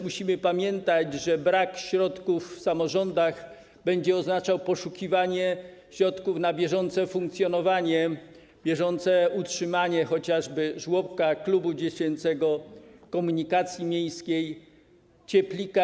Musimy też pamiętać, że brak środków w samorządach będzie oznaczał poszukiwanie środków na bieżące funkcjonowanie, bieżące utrzymanie chociażby żłobka, klubu dziecięcego, komunikacji miejskiej, cieplika.